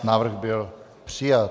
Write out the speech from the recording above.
Návrh byl přijat.